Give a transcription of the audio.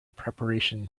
preparation